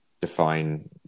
define